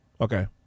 Okay